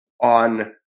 on